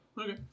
Okay